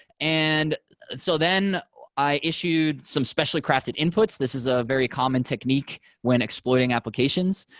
and so then i issued some specially crafted inputs. this is a very common technique when exploiting applications.